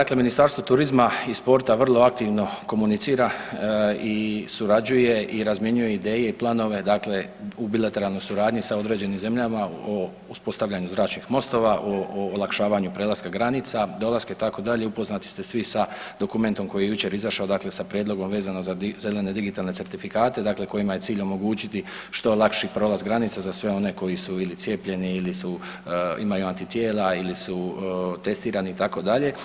Dakle, Ministarstvo turizma i sporta vrlo aktivno komunicira i surađuje i razmjenjuje ideje i planove, dakle u bilateralnoj suradnji sa određenim zemljama o uspostavljanju zračnih mostova, o olakšavanju prelaska granica, dolaska itd., upoznati ste svi sa dokument koji je jučer izašao, dakle sa prijedlogom vezanom za zelene digitalne certifikate, dakle kojima je cilj omogućiti što lakši prolaz granica za sve one koji su ili cijepljeni ili su, imaju antitijela ili su testirani itd.